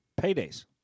Paydays